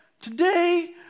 today